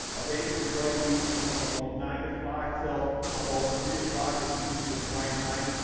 a banker's bite, usually from about nine o'clock till about three o'clock is usually the prime time.